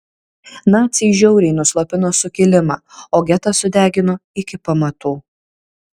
naciai žiauriai nuslopino sukilimą o getą sudegino iki pamatų